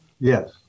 yes